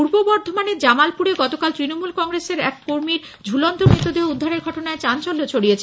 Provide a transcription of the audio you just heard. পূর্ব বর্ধমানের জামালপুরে গতকাল তৃণমূল কংগ্রেসের এক কর্মীর ঝুলন্ত মতদেহ উদ্ধারের ঘটনায় চাঞ্চল্য ছড়ায়